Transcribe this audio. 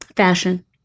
Fashion